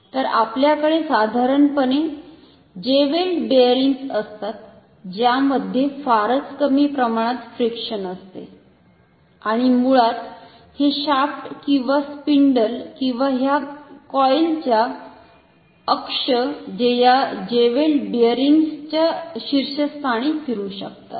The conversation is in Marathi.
तर आपल्याकडे साधारणपणे जेवेल्ड बेअरिंग्ज असतात ज्यामध्ये फारच कमी प्रमाणात फ्रिक्षण असते आणि मूळात हे शाफ्ट किंवा स्पिंडल किंवा ह्या कॉईल चा अक्ष जे या जेवेल्ड बेअरिंग्ज च्या शिर्षस्थानी फिरू शकतो